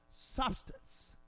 substance